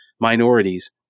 minorities